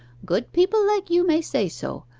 good people like you may say so,